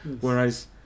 Whereas